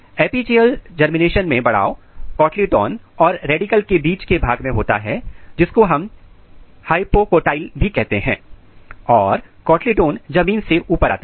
epigeal germination में बढ़ाव cotyledon और रेडिकल के बीच के भाग में होता है जिसको हम हाइपोकोटाइल भी कहते हैं और कोटलीडॉन जमीन से ऊपर आता है